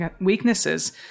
weaknesses